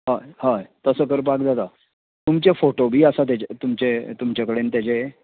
हय हय तसो करपाक जाता तुमचें फोटो बी आसात तेजे तुमचे तुमचे कडेन तेजे